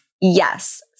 Yes